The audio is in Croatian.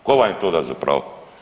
Tko vam je to da za pravo?